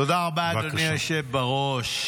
תודה רבה, אדוני היושב בראש.